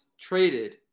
traded